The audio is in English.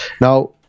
Now